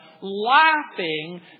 laughing